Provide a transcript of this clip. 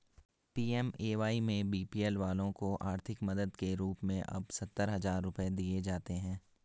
PMAY में BPL वालों को आर्थिक मदद के रूप में अब सत्तर हजार रुपये दिए जाते हैं